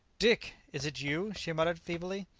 dick, is it you? she muttered feebly.